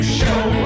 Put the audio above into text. show